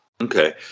Okay